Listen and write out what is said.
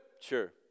sure